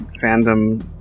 fandom